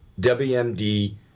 WMD